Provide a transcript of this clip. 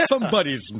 Somebody's